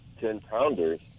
ten-pounders